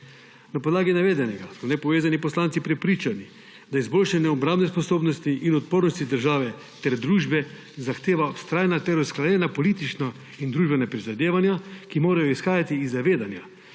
Na podlagi navedenega smo nepovezani poslanci prepričani, da izboljšanje obrambne sposobnosti in odpornosti države ter družbe zahteva vztrajna ter usklajena politična in družbena prizadevanja, ki morajo izhajati iz zavedanja,